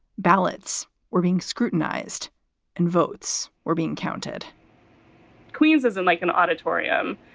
ballots were being scrutinized and votes were being counted queens as in like an auditorium